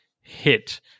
hit